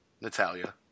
Natalia